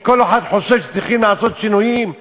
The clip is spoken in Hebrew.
כי כל אחד חושב שצריכים לעשות שינויים,